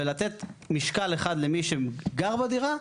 ולתת משקל אחד למי שגר בדירה,